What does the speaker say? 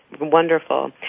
Wonderful